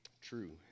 True